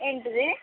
ఏంటది